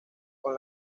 con